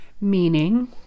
Meaning